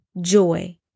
joy